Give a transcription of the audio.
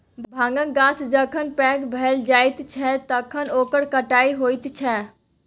भाँगक गाछ जखन पैघ भए जाइत छै तखन ओकर कटाई होइत छै